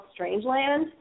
*Strangeland*